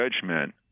judgment